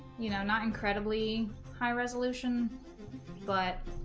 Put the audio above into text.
you know not incredibly high resolution but